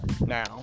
now